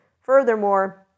Furthermore